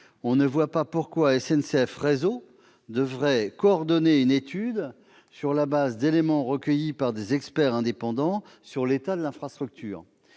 on ne voit pas pourquoi SNCF Réseau devrait coordonner une étude, sur la base d'éléments recueillis par des experts indépendants, sur l'état de l'infrastructure.